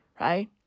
right